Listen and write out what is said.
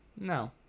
No